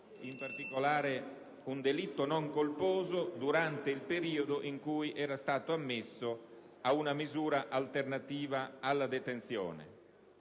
in particolare, un delitto non colposo - durante il periodo in cui era stato ammesso a una misura alternativa alla detenzione.